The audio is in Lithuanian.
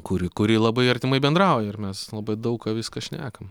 kuri kuri labai artimai bendrauja ir mes labai daug ką viską šnekam